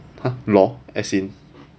!huh! law essay